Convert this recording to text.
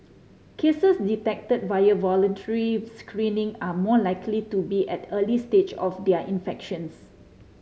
cases detected via voluntary screening are more likely to be at the early stage of their infections